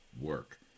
work